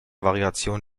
variation